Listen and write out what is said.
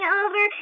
over